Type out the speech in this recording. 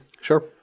Sure